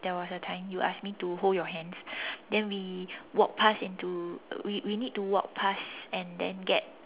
there was a time you ask me to hold your hands then we walk past into we we need to walk past and then get